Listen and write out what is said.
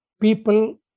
people